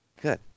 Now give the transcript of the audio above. Good